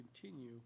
continue